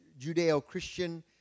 Judeo-Christian